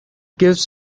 gives